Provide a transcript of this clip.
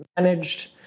managed